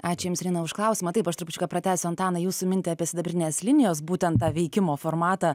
ačiū jums už klausimą taip aš trupučiuką pratęsiu antanai jūsų mintį apie sidabrinės linijos būtent tą veikimo formatą